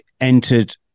entered